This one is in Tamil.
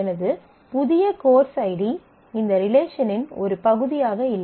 எனது புதிய கோர்ஸ் ஐடி இந்த ரிலேஷனின் ஒரு பகுதியாக இல்லை